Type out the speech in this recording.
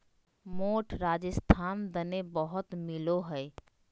मोठ राजस्थान दने बहुत मिलो हय